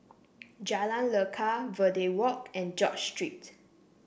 Jalan Lekar Verde Walk and George Street